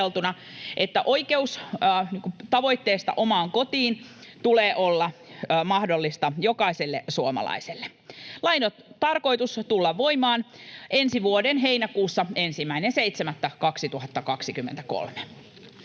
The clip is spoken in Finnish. että oikeuden tavoitteesta omaan kotiin tulee olla mahdollista jokaiselle suomalaiselle. Lain on tarkoitus tulla voimaan ensi vuoden heinäkuussa, 1.7.2023.